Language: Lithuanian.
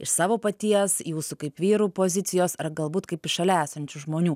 iš savo paties jūsų kaip vyrų pozicijos ar galbūt kaip iš šalia esančių žmonių